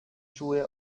schuhe